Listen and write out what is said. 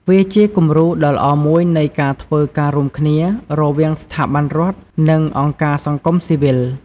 វាជាគំរូដ៏ល្អមួយនៃការធ្វើការរួមគ្នា រវាងស្ថាប័នរដ្ឋនិងអង្គការសង្គមស៊ីវិល។